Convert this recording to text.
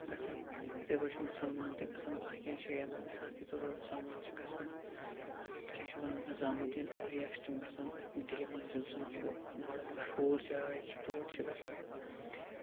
گَژھان اِتھے پٲٹھۍ چھِ مُسلمان تہِ گَژھان باقیَن جایَن مِثال کے طور پر مُسلمان چھِ گَژھان اَتھ کیاہ چھِ وَنان نِظامُدیٖن اولِیا چھِ تِم گَژھان دِلہِ منٛز یُس زَن چھُ بڑٕ مَشہوٗر جاے چھِ تور چھِ گَژھان